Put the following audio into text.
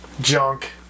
Junk